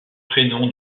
prénom